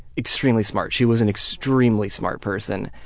extremely smart. she was an extremely smart person,